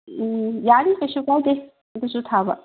ꯎꯝ ꯌꯥꯅꯤ ꯀꯩꯁꯨ ꯀꯥꯏꯗꯦ ꯑꯗꯨꯁꯨ ꯊꯥꯕ